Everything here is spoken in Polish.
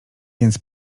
więc